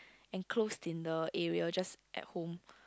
enclosed in the area just at home